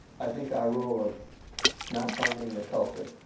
i think our rule of not finding the culprit,